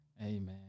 Amen